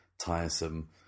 tiresome